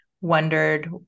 wondered